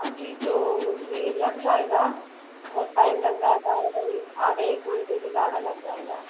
अभी तो मुझे लग जाएगा बहुत टाइम लग जाएगा आधा ए आधा एक घंटे से ज़्यादा लग जाएगा